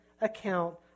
account